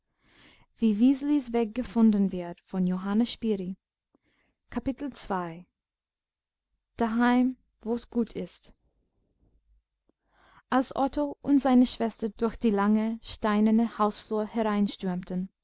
daheim wo's gut ist als otto und seine schwester durch die lange steinerne hausflur